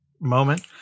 moment